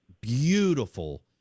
beautiful